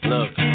Look